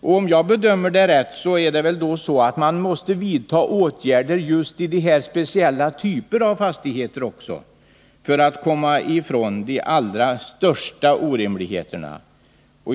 Bedömer jag det rätt är det då så att man måste vidta åtgärder just i fråga om dessa speciella typer av fastigheter för att komma ifrån de allra största orimligheterna.